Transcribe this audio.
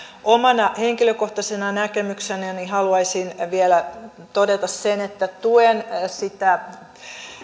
omana henkilökohtaisena näkemyksenäni haluaisin vielä todeta sen että tuen sitä